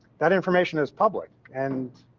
that information is public, and.